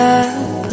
up